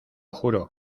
juro